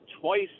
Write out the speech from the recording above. twice